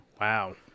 Wow